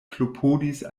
klopodis